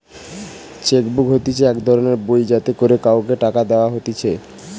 check book হতিছে এক ধরণের বই যাতে করে কাওকে টাকা দেওয়া হতিছে